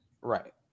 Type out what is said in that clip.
Right